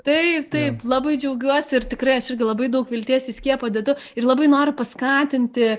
taip taip labai džiaugiuosi ir tikrai aš irgi labai daug vilties į skiepą dedu ir labai noriu paskatinti